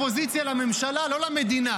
יש לך מושג מה המשמעות של קפיצת המסגרת?